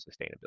sustainability